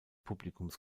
publikums